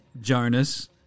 Jonas